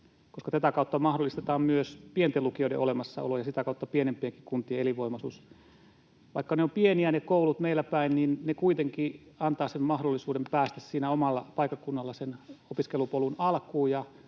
koska tätä kautta mahdollistetaan myös pienten lukioiden olemassaolo ja sitä kautta pienempienkin kuntien elinvoimaisuus. Vaikka ne koulut ovat pieniä meilläpäin, niin ne kuitenkin antavat mahdollisuuden päästä siinä omalla paikkakunnalla opiskelupolun alkuun